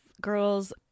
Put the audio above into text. girls